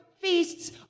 feasts